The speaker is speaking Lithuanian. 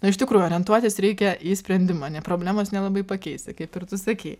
na iš tikro orientuotis reikia į sprendimą ne problemos nelabai pakeisi kaip ir tu sakei